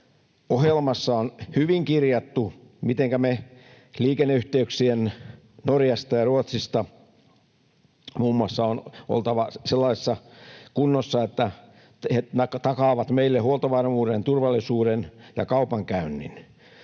Ohjelmassa on hyvin kirjattu, mitenkä liikenneyhteyksien Norjasta ja Ruotsista, muun muassa, on oltava sellaisessa kunnossa, että ne takaavat meille huoltovarmuuden, turvallisuuden ja kaupankäynnin.